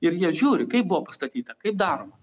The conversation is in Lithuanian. ir jie žiūri kaip buvo pastatyta kaip daroma